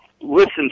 listen